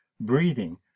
breathing